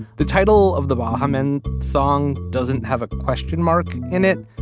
the title of the baha men song doesn't have a question mark in it.